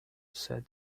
said